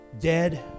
Dead